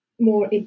more